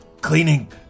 Cleaning